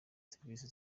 serivisi